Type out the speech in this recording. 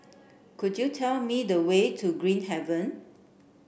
could you tell me the way to Green Haven